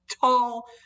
tall